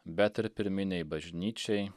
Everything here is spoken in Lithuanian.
bet ir pirminei bažnyčiai